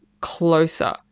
closer